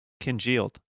congealed